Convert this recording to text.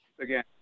again